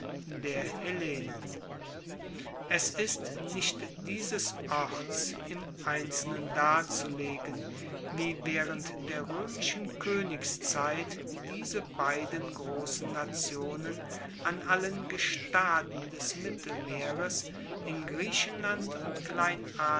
der hellenen es ist nicht dieses orts im einzelnen darzulegen wie waehrend der roemischen koenigszeit diese beiden grossen nationen an allen gestaden des mittelmeeres in griechenland und